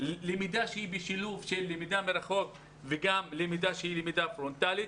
למידה שהיא בשילוב עם למידה מרחוק וגם למידה פרונטלית.